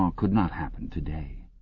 um could not happen today.